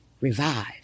revive